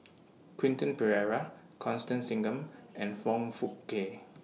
Quentin Pereira Constance Singam and Foong Fook Kay